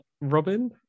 Robin